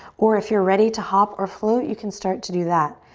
or if you're ready to hop or float you can start to do that.